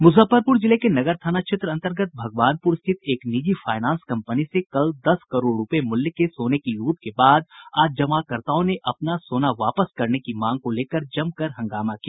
मुजफ्फरपुर जिले के नगर थाना क्षेत्र अंतर्गत भगवानपुर स्थित एक निजी फायनांस कंपनी से कल दस करोड़ रूपये मूल्य के सोने की लूट के बाद आज जमाकर्ताओं ने अपना सोना वापस करने की मांग को लेकर जमकर हंगामा किया